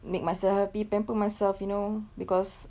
make myself happy pamper myself you know because